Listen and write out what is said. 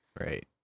Right